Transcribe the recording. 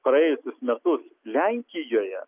praėjusius metus lenkijoje